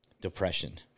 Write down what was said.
depression